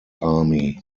army